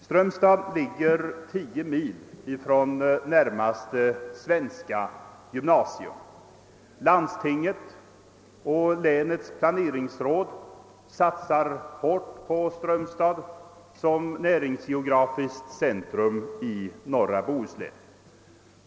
Strömstad ligger tio mil från närmaste svenska gymnasium. Landstinget och länets planerings råd satsar hårt på Strömstad som näringsgeografiskt centrum i norra Bohuslän.